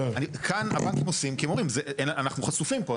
כאן הבנקים עושים, כי הם אומרים אנחנו חשופים פה.